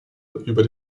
über